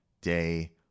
day